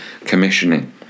commissioning